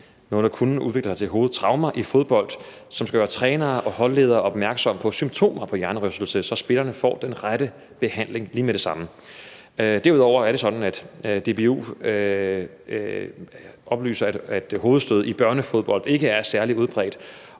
fodbold kunne udvikle sig til hovedtraumer, som skal gøre trænere og holdledere opmærksomme på symptomer på hjernerystelse, så spillerne får den rette behandling lige med det samme. Derudover er det sådan, at DBU oplyser, at hovedstød i børnefodbold ikke er særlig udbredt,